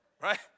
right